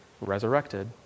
resurrected